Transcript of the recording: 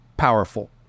powerful